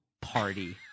party